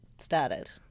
started